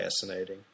fascinating